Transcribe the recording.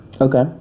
Okay